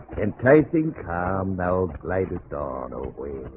enticing carmel latest on oh wait